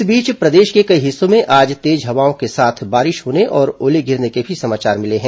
इस बीच प्रदेश के कई हिस्सों में आज तेज हवाओं के साथ बारिश होने और ओले गिरने के भी समाचार मिले हैं